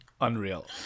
Unreal